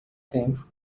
tempo